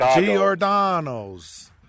Giordano's